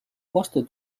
poste